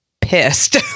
pissed